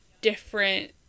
different